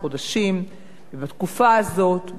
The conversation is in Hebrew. בתקופה הזאת, בתקופת ההגנה הזאת,